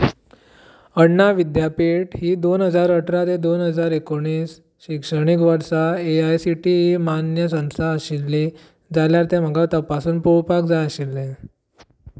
अण्णा विद्यापीठ ही दोन हजार अठरा ते दोन हजार एकुणीस शिक्षणीक वर्सा A I C T E मान्य संस्था आशिल्ली जाल्यार तें म्हाका तपासून पळोवपाक जाय आशिल्लें